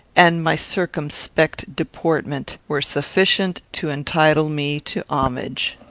and my circumspect deportment, were sufficient to entitle me to homage.